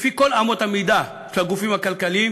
לפי כל אמות המידה של הגופים הכלכליים,